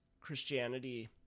Christianity